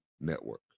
Network